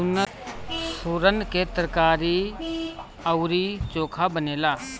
सुरन के तरकारी अउरी चोखा बनेला